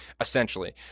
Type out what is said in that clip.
essentially